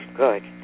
good